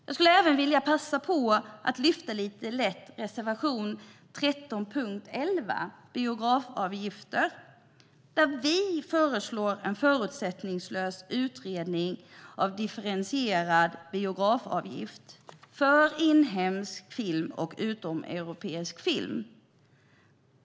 Jag vill passa på att lyfta fram reservation 13 vid punkt 11 om biografavgifter där vi föreslår en förutsättningslös utredning av en differentierad biografavgift för inhemsk film och utomeuropeisk film.